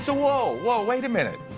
so whoa. whoa. wait a minute.